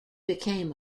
became